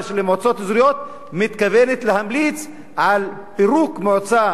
של מועצות אזוריות מתכוונת להמליץ על פירוק המועצה